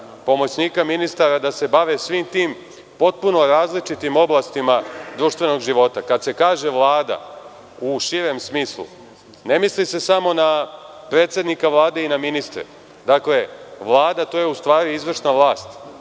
pomoćnika ministra da se bave svim tim potpuno različitim oblastima društvenog života. Kada se kaže Vlada u širem smislu, ne misli se samo na predsednika Vlade i na ministre. Vlada je u stvari izvršna vlast.